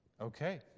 Okay